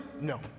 No